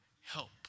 help